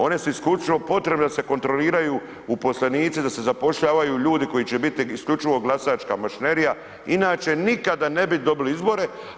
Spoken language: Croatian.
One su isključivo potrebne da se kontroliraju uposlenici da se zapošljavaju ljudi koji će biti isključivo glasačka mašinerija inače nikada ne bi dobili izbore.